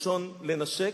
מלשון "לנשק",